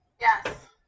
Yes